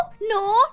no